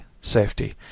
safety